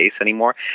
anymore